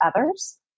others